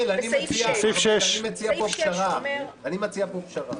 בסעיף 6. אני מציע פה פשרה,